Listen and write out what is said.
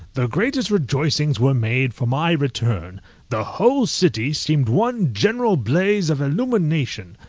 the greatest rejoicings were made for my return the whole city seemed one general blaze of illumination,